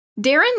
Darren